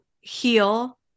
heal